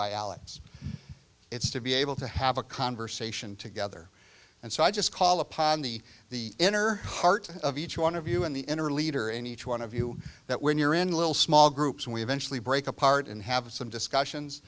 by alex it's to be able to have a conversation together and so i just call upon the the inner heart of each one of you in the interim leader in each one of you that when you're in little small groups we eventually break apart and have some discussions